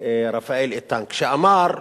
רפאל איתן, שאמר,